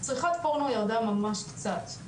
צריכת פורנו ירדה ממש קצת,